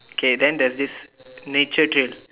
K then there's this nature trail